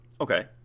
Okay